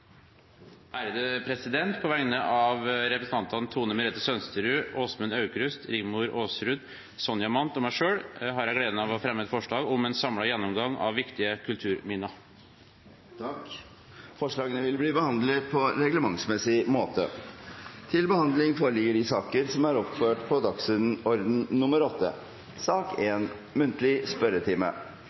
På vegne av representantene Tone Merete Sønsterud, Åsmund Aukrust, Rigmor Aasrud, Sonja Mandt og meg selv har jeg gleden av å fremme et representantforslag om en samlet gjennomgang av viktige kulturminner. Forslagene vil bli behandlet på reglementsmessig måte. Stortinget mottok mandag meddelelse fra Statsministerens kontor om at statsrådene Siv Jensen, Jan Tore Sanner og Ketil Solvik-Olsen vil møte til muntlig spørretime.